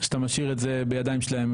שאתה משאיר את זה בידיים שלהם.